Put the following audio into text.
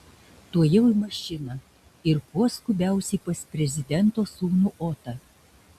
tuojau į mašiną ir kuo skubiausiai pas prezidento sūnų otą